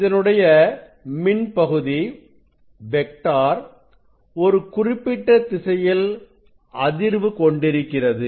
இதனுடைய மின் பகுதி வெக்டார் ஒரு குறிப்பிட்ட திசையில் அதிர்வு கொண்டிருக்கிறது